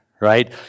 right